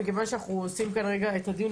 מכיוון שאנחנו עושים כאן רגע את הדיון,